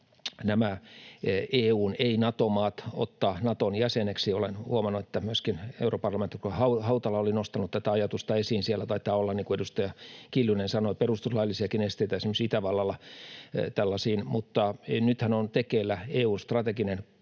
nämä EU:n ei- Nato-maat ottaa Naton jäseneksi. Olen huomannut, että myöskin europarlamentaarikko Hautala oli nostanut tätä ajatusta esiin. Siellä taitaa olla, niin kuin edustaja Kiljunen sanoi, perustuslaillisiakin esteitä, esimerkiksi Itävallalla, tällaisiin. Mutta nythän on tekeillä EU:n strateginen